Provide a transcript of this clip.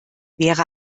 wäre